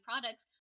products